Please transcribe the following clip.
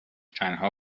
تنها